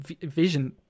vision